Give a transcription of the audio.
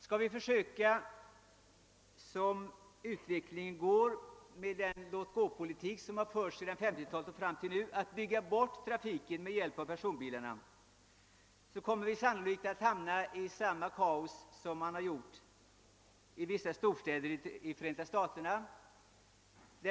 Skall vi fortsätta utvecklingen med den låtgåpolitik som har förts sedan 1950-talet fram till nu och bygga bort trafiken med hjälp av personbilarna, kommer vi sannolikt att hamna i samma kaos som man har gjort i vissa storstäder i Förenta staterna.